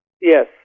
Yes